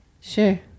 Sure